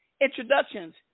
introductions